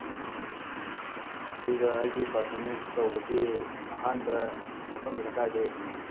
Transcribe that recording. ꯑꯗꯨꯒ ꯑꯩꯒꯤ ꯄꯔꯐꯣꯔꯃꯦꯟꯁ ꯇꯧꯕꯒꯤ ꯑꯍꯥꯟꯕ ꯃꯐꯝꯁꯤꯅ ꯀꯥꯏꯗ ꯑꯣꯏꯗꯣꯏꯅꯣ